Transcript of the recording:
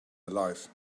alive